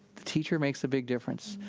the teacher makes a big difference.